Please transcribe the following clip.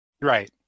Right